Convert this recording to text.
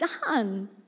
done